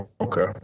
Okay